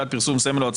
הצגה או פרסום של סמל,